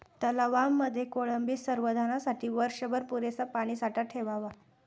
तलावांमध्ये कोळंबी संवर्धनासाठी वर्षभर पुरेसा पाणीसाठा ठेवावा